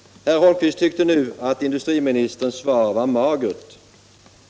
Herr Holmqvist tyckte nu att industriministerns svar var magert.